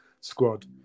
squad